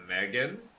Megan